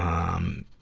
um,